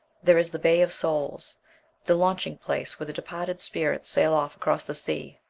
there is the bay of souls the launching-place where the departed spirits sail off across the sea.